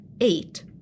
eight